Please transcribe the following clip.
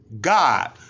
God